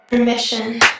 Permission